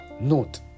Note